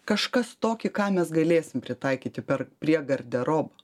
kažkas tokį ką mes galėsim pritaikyti per prie garderobo